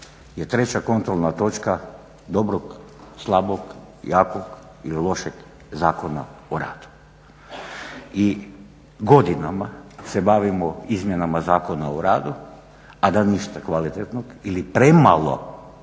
je treća kontrolna točka dobrog, slabog, jakog ili lošeg Zakona o radu. I godinama se bavimo izmjenama Zakona o radu, a da ništa kvalitetnog ili premalo,